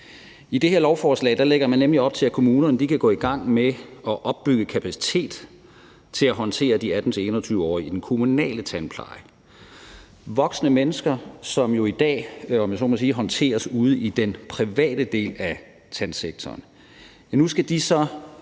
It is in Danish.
I det her lovforslag lægger man nemlig op til, at kommunerne kan gå i gang med at opbygge kapacitet til at håndtere de 18-21-årige i den kommunale tandpleje. Voksne mennesker, som i dag håndteres – om jeg så må sige – ude i den private del af tandsektoren,